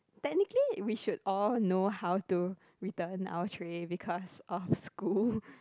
technically we should all know how to return our tray because our school